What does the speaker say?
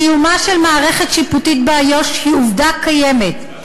קיומה של מערכת שיפוטית באיו"ש היא עובדה קיימת,